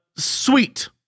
Sweet